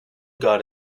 got